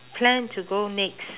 plan to go next